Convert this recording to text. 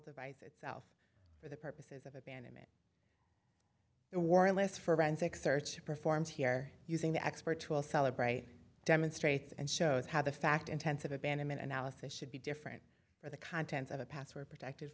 device itself for the purposes of abandonment the warrantless forensic search she performs here using the expert to all celebrate demonstrates and shows how the fact intensive abandonment analysis they should be different from the contents of a password protected